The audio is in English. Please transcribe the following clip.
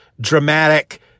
dramatic